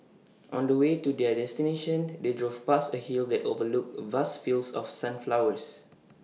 on the way to their destination they drove past A hill that overlooked vast fields of sunflowers